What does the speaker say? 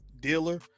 dealer